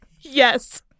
Yes